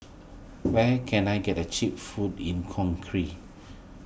where can I get the Cheap Food in Conkry